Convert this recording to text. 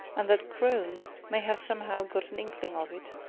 and that crone may have somehow got an inkling of it.